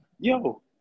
Yo